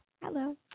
Hello